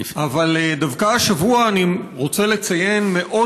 אבל דווקא השבוע אני רוצה לציין מאוד